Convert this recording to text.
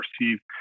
received